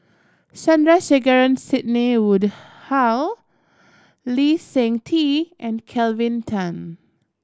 Sandrasegaran Sidney Woodhull Lee Seng Tee and Kelvin Tan